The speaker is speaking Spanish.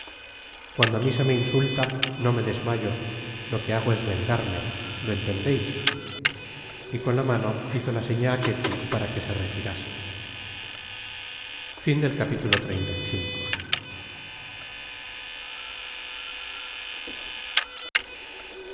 cuando á mi se me insulta no me desmayo lo que hago es vengarme lo entendeis y con la mano bizo seña á ketty para que se retirase